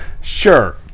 Sure